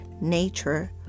nature